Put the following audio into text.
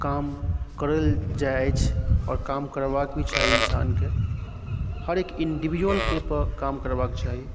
काम करल जाय अछि आओर काम करबाक भी चाही इंसानकें हरेक इंडिविजूअलके काम करबाक चाही